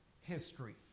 history